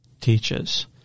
teaches